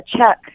check